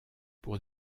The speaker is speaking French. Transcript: pour